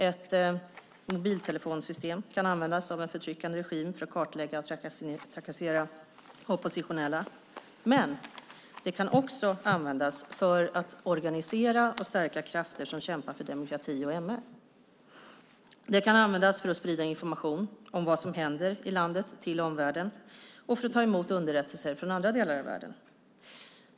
Ett mobiltelefonsystem kan användas av en förtryckande regim för att kartlägga och trakassera oppositionella, men det kan också användas för att organisera och stärka krafter som kämpar för demokrati och MR. Det kan användas för att sprida information om vad som händer i landet till omvärlden och för att ta emot underrättelser från andra delar av världen.